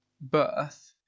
birth